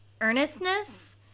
earnestness